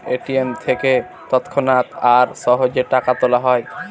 ATM থেকে তৎক্ষণাৎ আর সহজে টাকা তোলা যায়